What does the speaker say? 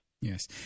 Yes